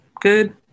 good